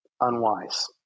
Unwise